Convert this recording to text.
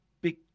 big